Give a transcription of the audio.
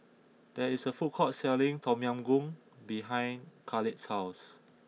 there is a food court selling Tom Yam Goong behind Kahlil's house